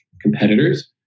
competitors